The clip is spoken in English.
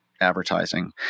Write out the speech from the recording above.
advertising